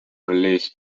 released